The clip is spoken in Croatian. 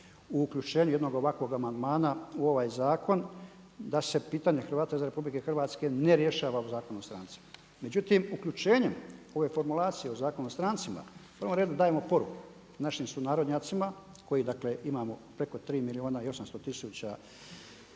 uključenje jednog ovakvog amandmana u ovaj zakon da se pitanje Hrvata izvan RH ne rješava u Zakonu o strancima. Međutim, uključenjem ove formulacije o Zakonu o strancima u prvom redu dajemo poruku našim sunarodnjacima kojih imamo preko 3800000 izvan